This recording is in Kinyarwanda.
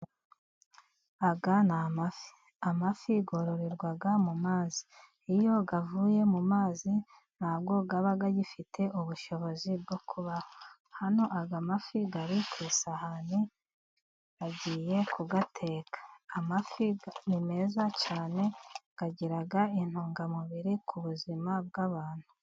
Aya ni amafi, amafi yorororerwa mu mazi, iyo avuye mu mazi ntaba agifite ubushobozi bwo kubaho. Amafi ari ku isahani bagiye kuyateka, amafi ni meza cyane agira intungamubiri ku buzima bw'abantu.